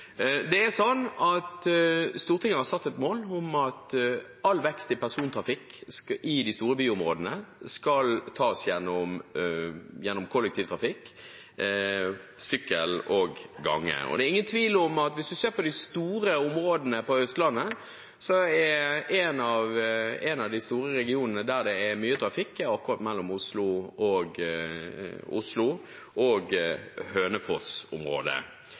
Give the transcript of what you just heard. Stortinget har satt et mål om at all vekst i persontrafikk i de store byområdene skal tas gjennom kollektivtrafikk, sykkel og gange. Det er ingen tvil om at hvis man ser på de store områdene på Østlandet, så er en av de store regionene der det er mye trafikk, akkurat mellom Oslo og Hønefoss-området. Også i Oslo-området er det flere andre av den typen sentrale områder som er akser med mye trafikk, og